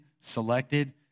selected